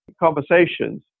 conversations